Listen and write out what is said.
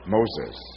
Moses